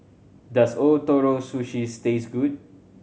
does Ootoro Sushi taste good